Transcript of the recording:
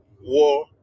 war